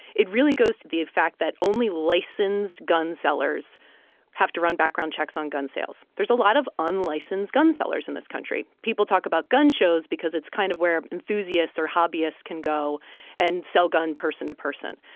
it really goes to the effect that only licensed gun sellers have to run background checks on gun sales. there's a lot of unlicensed gun sellers in this country. people talk about gun shows because it's kind of where enthusiasts or hobbyists can go and sell gun person-to-person.